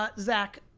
but zach,